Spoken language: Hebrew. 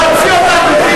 להוציא אותם.